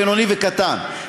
בינוני וקטן.